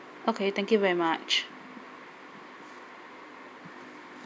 okay thank you very much